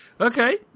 okay